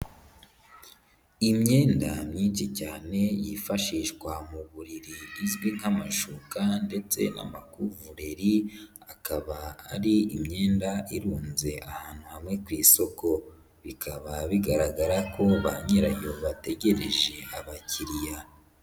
Imyenda myinshi cyane yifashishwa mu buriri izwi nk'amashuka ndetse n'amakuvureri, akaba ari imyenda irunze ahantu hamwe ku isoko. Bikaba bigaragara ko ba nyirayo bategereje abakiriya.